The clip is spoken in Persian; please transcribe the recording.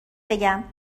بگم